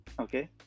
okay